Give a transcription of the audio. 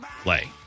play